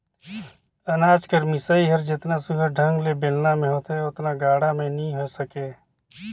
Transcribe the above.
अनाज कर मिसई हर जेतना सुग्घर ढंग ले बेलना मे होथे ओतना गाड़ा मे नी होए सके